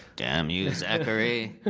damn you, zachary!